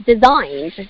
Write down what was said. designed